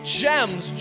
gems